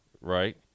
right